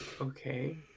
okay